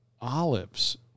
olives